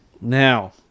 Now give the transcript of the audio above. Now